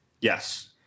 Yes